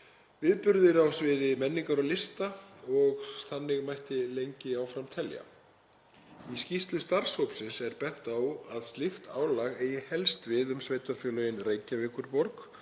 viðburðir á sviði menningar og lista og lengi mætti telja áfram. Í skýrslu starfshópsins er bent á að slíkt álag eigi helst við um sveitarfélögin Reykjavíkurborg